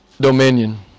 dominion